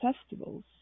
festivals